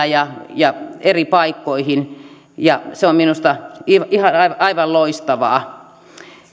ja ja eri paikkoihin se on minusta aivan loistavaa